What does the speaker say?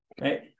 right